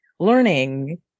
Learning